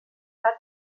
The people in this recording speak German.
hat